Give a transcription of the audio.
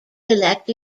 elect